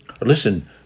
Listen